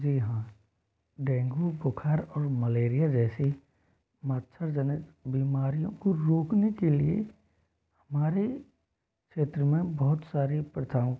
जी हाँ डेंगू बुखार और मलेरिया जैसी मच्छरजनित बीमारियों को रोकने के लिए हमारे क्षेत्र में बहुत सारी प्रथाओं